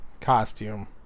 costume